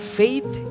faith